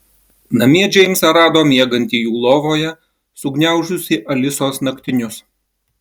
namie džeimsą rado miegantį jų lovoje sugniaužusį alisos naktinius